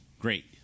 great